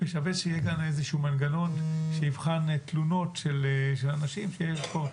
ושווה שיהיה גם איזשהו מנגנון שיבחן תלונות של אנשים שיש פה.